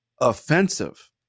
offensive